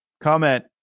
comment